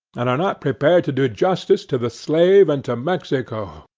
and are not prepared to do justice to the slave and to mexico,